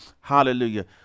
hallelujah